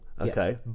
okay